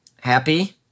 happy